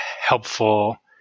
helpful